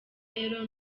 rero